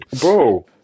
Bro